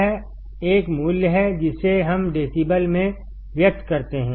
यह एक मूल्य है जिसे हम डेसिबल में व्यक्त करते हैं